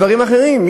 דברים אחרים.